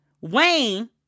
Wayne